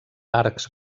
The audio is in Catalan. arcs